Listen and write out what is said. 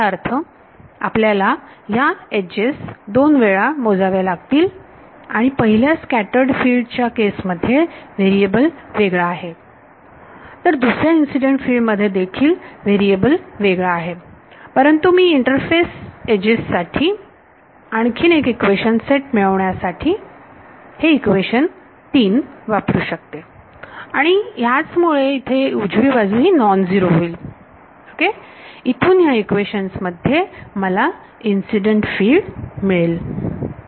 याचा अर्थ आपल्याला ह्या एजेस दोन वेळा मोजाव्या लागतील आणि पहिल्या स्कॅटर्ड फिल्ड च्या केस मध्ये व्हेरिएबल वेगळा आहे तर दुसऱ्या इन्सिडेंट फिल्ड मध्ये देखील व्हेरिएबल वेगळा आहे परंतु मी इंटरफेस एजेस साठी आणखीन एक इक्वेशन सेट मिळवण्यासाठी हे इक्वेशन 3 वापरू शकते आणि ह्याच मुळे येथे उजवी बाजू ही नॉन झिरो होईल इथून ह्या इक्वेशन मध्ये मला इन्सिडेंट फील्ड मिळेल